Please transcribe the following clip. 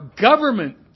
government